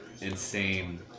insane